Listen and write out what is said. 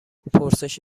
پرسش